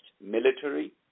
military